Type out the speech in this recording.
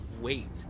wait